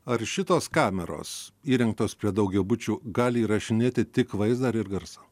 ar šitos kameros įrengtos prie daugiabučių gali įrašinėti tik vaizdą ar ir garsą